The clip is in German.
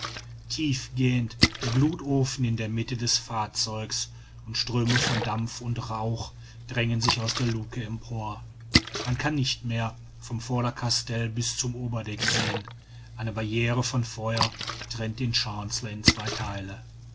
tief gähnt der gluthofen in der mitte des fahrzeuges und ströme von dampf und rauch drängen sich aus der luke empor man kann nicht mehr vom vorderkastell bis zum oberdeck sehen eine barriere von feuer trennt den chancellor in zwei theile